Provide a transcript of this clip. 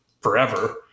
forever